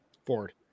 Ford